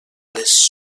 les